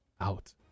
out